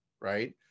right